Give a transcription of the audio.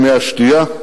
השתייה,